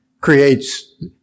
creates